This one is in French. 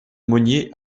monnier